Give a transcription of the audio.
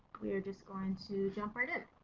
we are just going to jump right in.